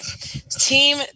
Team